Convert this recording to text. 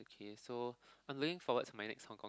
okay so I'm looking forward to my next Hong Kong